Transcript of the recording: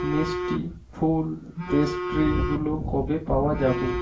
মিষ্টি ফুল পেস্ট্রি এগুলো কবে পাওয়া যাবে